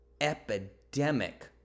epidemic